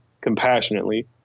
compassionately